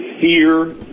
fear